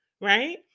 right